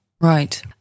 Right